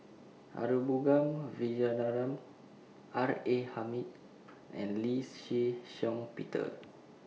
R A Hamid and Lee Shih Shiong Peter